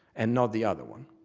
and not the other one.